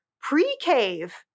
Pre-cave